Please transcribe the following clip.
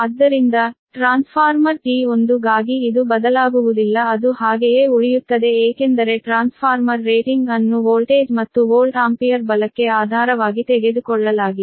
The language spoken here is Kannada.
ಆದ್ದರಿಂದ ಟ್ರಾನ್ಸ್ಫಾರ್ಮರ್ T1 ಗಾಗಿ ಇದು ಬದಲಾಗುವುದಿಲ್ಲ ಅದು ಹಾಗೆಯೇ ಉಳಿಯುತ್ತದೆ ಏಕೆಂದರೆ ಟ್ರಾನ್ಸ್ಫಾರ್ಮರ್ ರೇಟಿಂಗ್ ಅನ್ನು ವೋಲ್ಟೇಜ್ ಮತ್ತು ವೋಲ್ಟ್ ಆಂಪಿಯರ್ ಬಲಕ್ಕೆ ಆಧಾರವಾಗಿ ತೆಗೆದುಕೊಳ್ಳಲಾಗಿದೆ